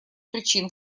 причин